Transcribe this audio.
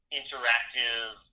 interactive